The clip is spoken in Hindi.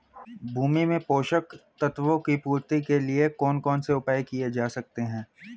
भूमि में पोषक तत्वों की पूर्ति के लिए कौन कौन से उपाय किए जा सकते हैं?